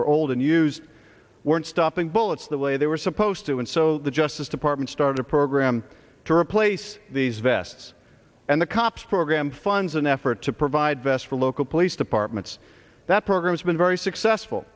were old and used weren't stopping bullets the way they were supposed to and so the justice department started a program to replace these vests and the cops program funds an effort to provide vests for local police departments that program has been very successful